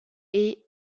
est